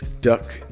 duck